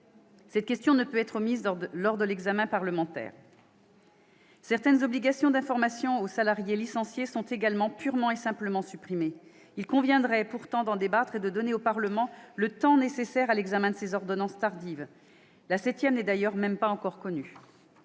parlementaire ne saurait éluder cette question. Certaines obligations d'information des salariés licenciés sont également purement et simplement supprimées. Il conviendrait pourtant d'en débattre et de donner au Parlement le temps nécessaire à l'examen de ces ordonnances tardives ; la septième n'est d'ailleurs même pas encore connue.